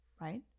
right